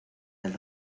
del